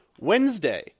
Wednesday